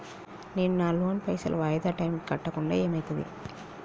నేను నా లోన్ పైసల్ వాయిదా టైం కి కట్టకుంటే ఏమైతది?